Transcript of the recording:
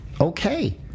okay